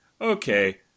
okay